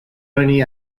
only